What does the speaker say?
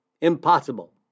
Impossible